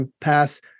pass